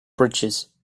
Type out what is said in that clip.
bridges